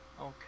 okay